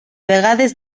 vegades